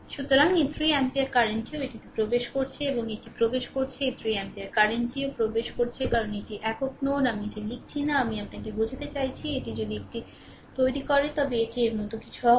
সুতরাং এই 3 অ্যাম্পিয়ার কারেন্টটিও এটি প্রবেশ করছে এটি প্রবেশ করছে এই 3 অ্যাম্পিয়ার কারেন্টটিও প্রবেশ করছে কারণ এটি একটি একক নোড আমি এটি লিখছি না আমি আপনাকে বোঝাতে চাইছি এটি যদি এটি তৈরি করে তবে এটি এর মতো কিছু হবে